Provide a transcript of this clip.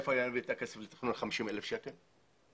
מאיפה אני אביא את 50 אלף שקל לתכנון?